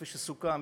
כפי שסוכם,